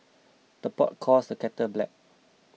the pot calls the kettle black